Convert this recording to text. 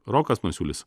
rokas masiulis